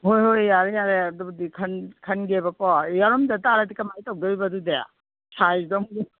ꯍꯣꯏ ꯍꯣꯏ ꯌꯥꯔꯦ ꯌꯥꯔꯦ ꯑꯗꯨꯕꯨꯗꯤ ꯈꯟꯒꯦꯕꯀꯣ ꯌꯥꯎꯔꯝꯗ ꯇꯥꯔꯗꯤ ꯀꯃꯥꯏ ꯇꯧꯗꯣꯔꯤꯕ ꯑꯗꯨꯗꯤ ꯁꯥꯏꯁꯇꯣ